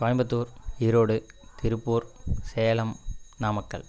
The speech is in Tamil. கோயம்பத்தூர் ஈரோடு திருப்பூர் சேலம் நாமக்கல்